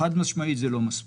חד משמעית זה לא מספיק.